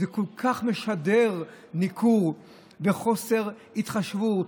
כל כך משדר ניכור וחוסר התחשבות.